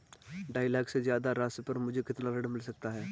ढाई लाख से ज्यादा राशि पर मुझे कितना ऋण मिल सकता है?